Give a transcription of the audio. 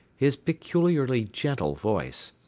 his peculiarly gentle voice,